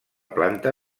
planta